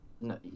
No